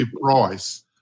price